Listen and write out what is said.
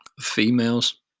females